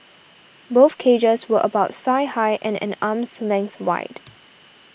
both cages were about thigh high and an arm's length wide